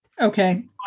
Okay